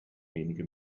wenige